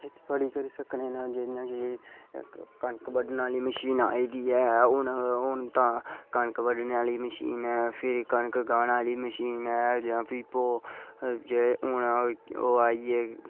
करी सकने न जेह्दे ने की कनक बड्ढने आह्ली मशीन आई दी ऐ हून ते कनक बड्ढने आह्ली मशीन ते फिर कनक गाह्ने आह्ली मशीन ते कन्नै जेह्ड़े भो ओह् आइये